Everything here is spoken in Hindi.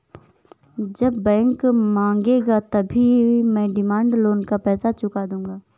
जब बैंक मांगेगा तभी मैं डिमांड लोन का पैसा चुका दूंगा